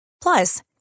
Plus